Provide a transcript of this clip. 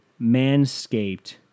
Manscaped